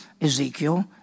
Ezekiel